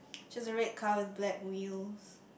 she has a red car with black wheels